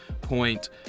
point